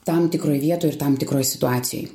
tam tikroj vietoj ir tam tikroj situacijoj